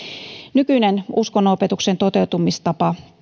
nykyinen uskonnon opetuksen toteutumistapa